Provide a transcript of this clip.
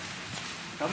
תמר, צריך להתאפק.